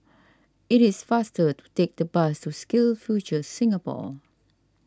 it is faster to take the bus to SkillsFuture Singapore